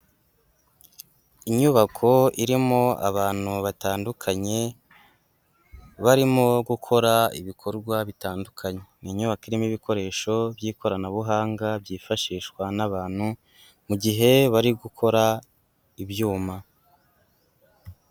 Inyubako irimo abantu batandukanye barimo gukora ibikorwa bitandukanye, ni inyubako irimo ibikoresho by'ikoranabuhanga byifashishwa n'abantu mu gihe bari gukora ibyuma.